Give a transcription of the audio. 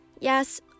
Yes